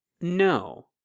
No